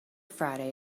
friday